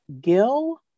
Gil